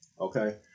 Okay